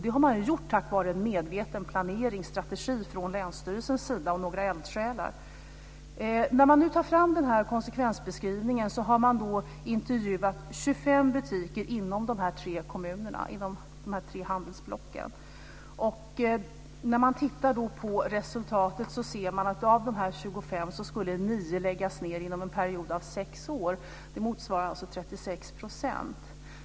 Det har man gjort tack vare medveten planering och strategi från länsstyrelsens sida och några eldsjälar. När man har tagit fram konsekvensbeskrivningen har man intervjuat i 25 butiker inom dessa tre kommuner - inom dessa tre handelsblock. När man tittar på resultatet ser man att av de här 25 skulle 9 läggas ned inom en period av sex år. Det motsvarar alltså 36 %.